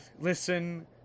listen